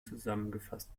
zusammengefasst